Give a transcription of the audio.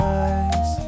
eyes